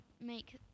make